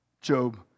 Job